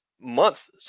month